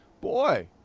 boy